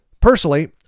Personally